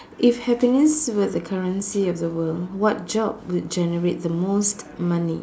if happiness were the currency of the world what job would generate the most money